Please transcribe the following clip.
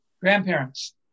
grandparents